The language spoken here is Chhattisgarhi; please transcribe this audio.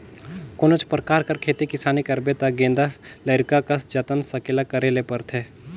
कोनोच परकार कर खेती किसानी करबे ता गेदा लरिका कस जतन संकेला करे ले परथे